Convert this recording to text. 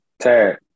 tag